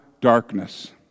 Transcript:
darkness